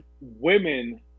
women